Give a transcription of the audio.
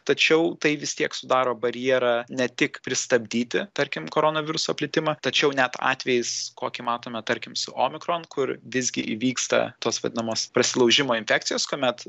tačiau tai vis tiek sudaro barjerą ne tik pristabdyti tarkim korona viruso plitimą tačiau net atvejis kokį matome tarkim su omikron kur visgi įvyksta tos vadinamos persilaužimo infekcijos kuomet